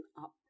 up